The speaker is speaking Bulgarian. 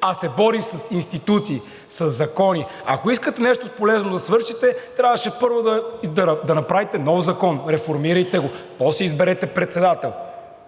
а се бори с институции, със закони. Ако искате да свършите нещо полезно, трябваше първо да направите нов закон. Реформирайте го и после изберете председател,